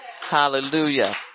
Hallelujah